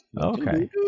Okay